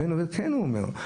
"כן", הוא אומר.